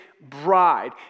bride